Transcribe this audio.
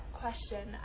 question